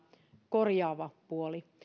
korjaava puoli